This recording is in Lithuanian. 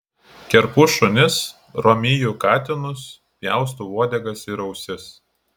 kerpu šunis romiju katinus pjaustau uodegas ir ausis